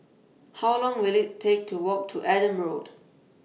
How Long Will IT Take to Walk to Adam Road